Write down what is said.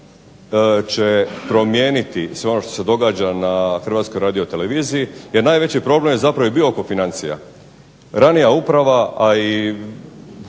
će promijeniti sve ono što se događa na Hrvatskoj radioteleviziji jer najveći problem je bio oko financija. Ranija uprava, a i